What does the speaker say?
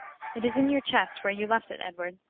it is in your chest, where you left it, edward.